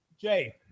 Jay